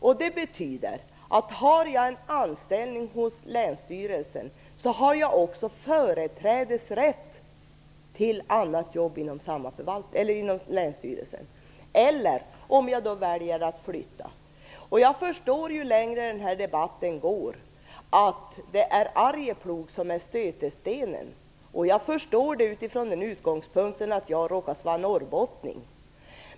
Om en verksamhet flyttas från de olika länsstyrelserna till tre orter i landet har man, om man har en anställning hos länsstyrelsen, också företrädesrätt till annat jobb inom länsstyrelsen. Man kan också välja att flytta. Jag förstår ju längre debatten pågår att det är Arjeplog som är stötestenen. Jag förstår det utifrån utgångspunkten att jag råkar vara norrbottning.